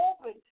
open